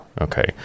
Okay